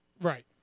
Right